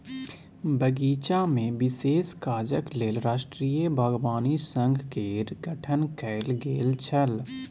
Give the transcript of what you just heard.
बगीचामे विशेष काजक लेल राष्ट्रीय बागवानी संघ केर गठन कैल गेल छल